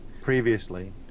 previously